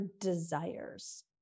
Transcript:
desires